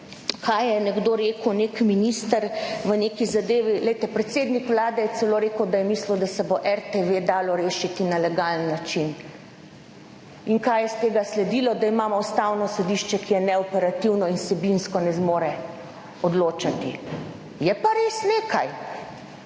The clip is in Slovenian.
kaj je nekdo rekel, nek minister v neki zadevi, glejte, predsednik Vlade je celo rekel, da je mislil, da se bo RTV dalo rešiti na legalen način. In kaj je iz tega sledilo, da imamo Ustavno sodišče, ki je ne operativno in vsebinsko ne zmore odločati. Je pa res nekaj,